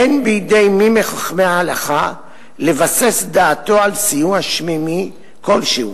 אין בידי מי מחכמי ההלכה לבסס דעתו על סיוע שמימי כלשהו.